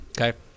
Okay